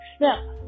Now